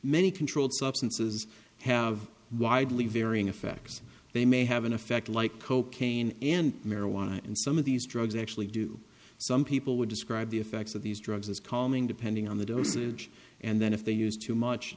many controlled substances have widely varying effects they may have an effect like cocaine and marijuana and some of these drugs actually do some people would describe the effects of these drugs as calming depending on the dosage and then if they used too much